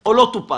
או לא טופל.